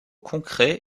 concrets